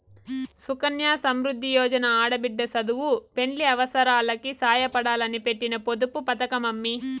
సుకన్య సమృద్ది యోజన ఆడబిడ్డ సదువు, పెండ్లి అవసారాలకి సాయపడాలని పెట్టిన పొదుపు పతకమమ్మీ